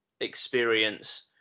experience